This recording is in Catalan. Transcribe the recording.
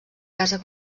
casa